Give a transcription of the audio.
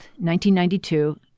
1992